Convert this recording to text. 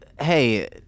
hey